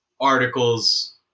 articles